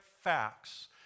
facts